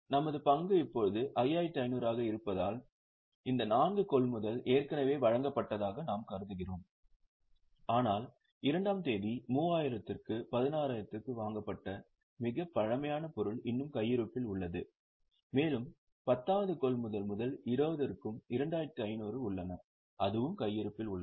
நமது பங்கு இப்போது 5500 ஆக இருப்பதால் இந்த நான்கு கொள்முதல் ஏற்கனவே வழங்கப்பட்டதாக நாம் கருதுகிறோம் ஆனால் 2 ஆம் தேதி 3000 க்கு 16 க்கு வாங்கப்பட்ட மிகப் பழமையான பொருள் இன்னும் கையிருப்பில் உள்ளது மேலும் 10 வது கொள்முதல் முதல் 20 க்கு 2500 உள்ளன அதுவும் கையிருப்பில் உள்ளது